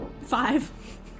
Five